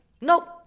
Nope